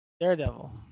daredevil